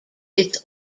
its